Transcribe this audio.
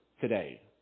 Today